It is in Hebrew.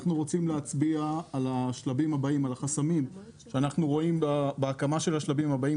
אנחנו רוצים להצביע על החסמים שאנחנו רואים בהקמה של השלבים הבאים,